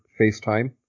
FaceTime